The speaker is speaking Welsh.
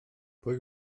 pwy